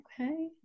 okay